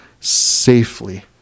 safely